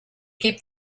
keep